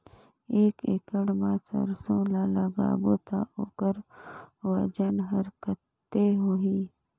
एक एकड़ मा सरसो ला लगाबो ता ओकर वजन हर कते होही?